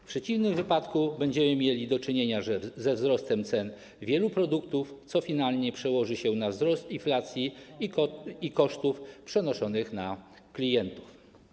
W przeciwnym wypadku będziemy mieli do czynienia ze wzrostem cen wielu produktów, co finalnie przełoży się na wzrost inflacji i kosztów przenoszonych na klientów.